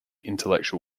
intellectual